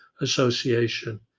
Association